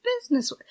business